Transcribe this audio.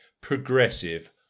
progressive